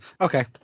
Okay